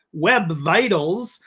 web vitals,